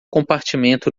compartimento